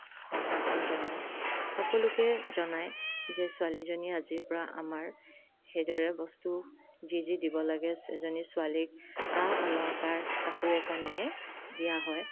সম্ভাষণ জনায় সকলোকে জনায় যে ছোৱালীজনী আজিৰ পৰা আমাৰ সেইদৰে বস্তু যি যি দিব লাগে এজনী ছোৱালীক আ অলংকাৰ কাপোৰে কানিয়ে দিয় হয়